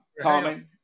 comment